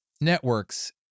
networks